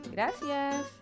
Gracias